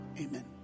Amen